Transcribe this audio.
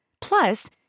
Plus